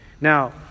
Now